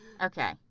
Okay